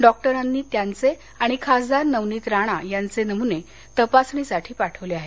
डॉक्टरांनी त्यांचे आणि खासदार नवनीत राणा यांचे नमुने तपासणीसाठी पाठवले आहेत